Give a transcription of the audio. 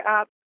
up